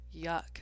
Yuck